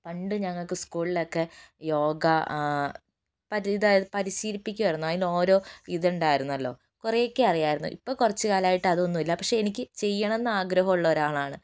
പണ്ട് ഞങ്ങൾക്ക് സ്കൂളിലൊക്കെ യോഗ മറ്റേ ഇതാണ് പരിശീലിപ്പിക്കുമായിരുന്നു അതിന് ഓരോ ഇതുണ്ടായിരുന്നല്ലോ കുറേയൊക്കെ അറിയാമായിരുന്നു ഇപ്പോൾ കുറച്ച് കാലമായിട്ട് അതൊന്നുമില്ല പക്ഷെ എനിക്ക് ചെയ്യണം എന്നു ആഗ്രഹമുള്ള ഒരാളാണ്